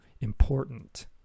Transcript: important